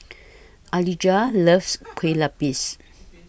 Alijah loves Kueh Lupis